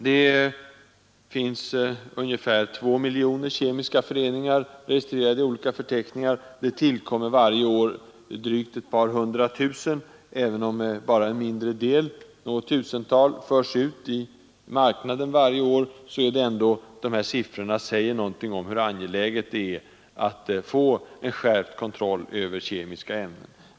Det finns ungefär två miljoner kemiska föreningar registrerade i olika förteckningar. Varje år tillkommer drygt ett par hundra tusen, och även om bara en mindre del — något tusental — förs ut i marknaden varje år, säger ändå dessa uppgifter något om hur angeläget det är att få en skärpt kontroll över kemiska ämnen.